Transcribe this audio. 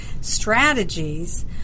strategies